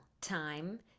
time